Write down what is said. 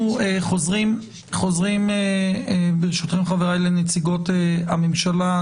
ברשותכם חבריי, אנחנו חוזרים לנציגות הממשלה.